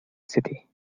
city